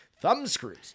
Thumbscrews